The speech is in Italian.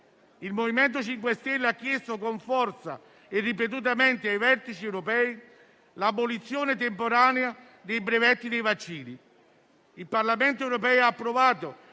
Il MoVimento 5 Stelle ha chiesto con forza e ripetutamente ai vertici europei l'abolizione temporanea dei brevetti dei vaccini. Il Parlamento europeo ha approvato